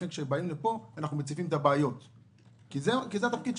לכן כשבאים לפה אנחנו מציפים את הבעיות כי זה התפקיד שלנו.